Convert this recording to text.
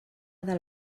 del